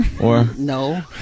No